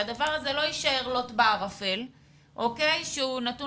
שהדבר הזה לא יישאר לוט בערפל כשהוא נתון